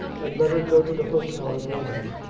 and let her go to the hotel in london.